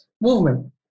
movement